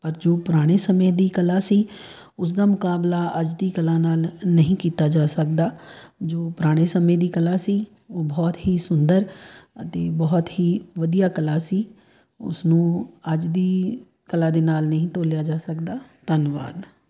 ਪਰ ਜੋ ਪੁਰਾਣੇ ਸਮੇਂ ਦੀ ਕਲਾ ਸੀ ਉਸਦਾ ਮੁਕਾਬਲਾ ਅੱਜ ਦੀ ਕਲਾ ਨਾਲ਼ ਨਹੀਂ ਕੀਤਾ ਜਾ ਸਕਦਾ ਜੋ ਪੁਰਾਣੇ ਸਮੇਂ ਦੀ ਕਲਾ ਸੀ ਉਹ ਬਹੁਤ ਹੀ ਸੁੰਦਰ ਅਤੇ ਬਹੁਤ ਹੀ ਵਧੀਆ ਕਲਾ ਸੀ ਉਸਨੂੰ ਅੱਜ ਦੀ ਕਲਾ ਦੇ ਨਾਲ਼ ਨਹੀਂ ਤੋਲਿਆ ਜਾ ਸਕਦਾ ਧੰਨਵਾਦ